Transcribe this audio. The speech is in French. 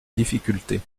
difficultés